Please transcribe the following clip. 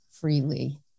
freely